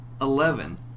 Eleven